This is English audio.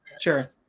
Sure